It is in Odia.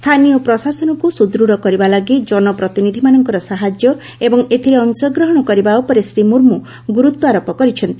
ସ୍ଥାନୀୟ ପ୍ରଶାସନକୁ ସୁଦୃଢ଼ କରିବା ଲାଗି ଜନପ୍ରତିନିଧିମାନଙ୍କର ସାହାଯ୍ୟ ଏବଂ ଏଥିରେ ଅଂଶଗ୍ରହଣ କରିବା ଉପରେ ଶ୍ରୀ ମୁର୍ମୁ ଗୁରୁତ୍ୱ ଆରୋପ କରିଛନ୍ତି